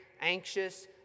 anxious